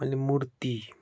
मैले मुर्ति